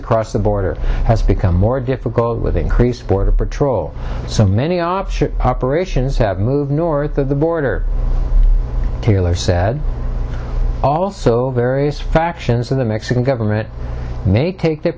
across the border has become more difficult with the increased border patrol so many option operations have moved north of the border taylor said also various factions of the mexican government make their